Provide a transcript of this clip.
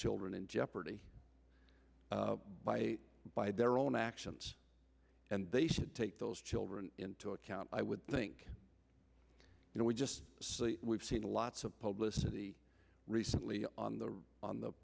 children in jeopardy by by their own actions and they should take those children into account i would think you know we just we've seen lots of publicity recently on the on the